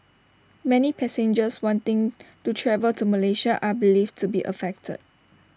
many passengers wanting to travel to Malaysia are believed to be affected